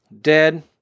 dead